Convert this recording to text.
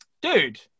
dude